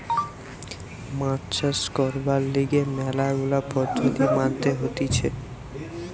মাছ চাষ করবার লিগে ম্যালা গুলা পদ্ধতি মানতে হতিছে